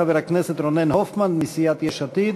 חבר הכנסת רונן הופמן מסיעת יש עתיד.